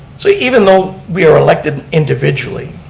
so, even though we are elected individually,